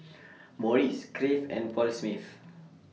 Morries Crave and Paul Smith